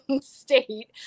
state